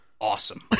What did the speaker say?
awesome